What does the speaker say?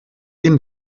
ihn